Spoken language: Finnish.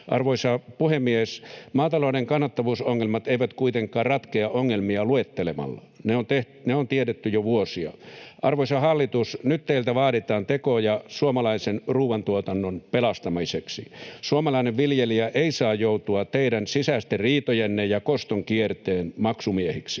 Arvoisa puhemies! Maatalouden kannattavuusongelmat eivät kuitenkaan ratkea ongelmia luettelemalla. Ne on tiedetty jo vuosia. Arvoisa hallitus, nyt teiltä vaaditaan tekoja suomalaisen ruuantuotannon pelastamiseksi. Suomalainen viljelijä ei saa joutua teidän sisäisten riitojenne ja kostonkierteen maksumieheksi.